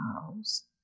house